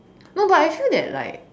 no but I feel that like